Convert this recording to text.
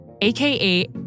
AKA